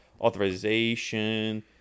authorization